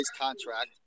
contract